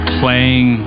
playing